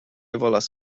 volas